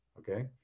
okay